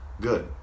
good